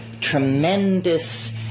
tremendous